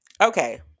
Okay